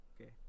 Okay